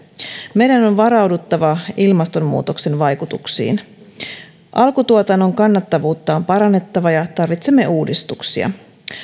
meidän on varauduttava ilmastonmuutoksen vaikutuksiin alkutuotannon kannattavuutta on parannettava ja tarvitsemme uudistuksia